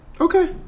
Okay